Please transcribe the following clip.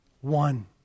One